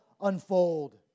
unfold